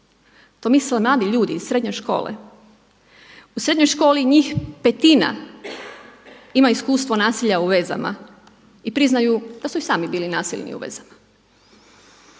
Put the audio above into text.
To misle mladi ljudi iz srednje škole. U srednjoj školi njih petina ima iskustvo nasilja u vezama i priznaju da su i sami bili nasilni u vezama.